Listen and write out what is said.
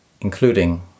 including